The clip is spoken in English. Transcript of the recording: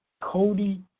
Cody